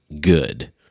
good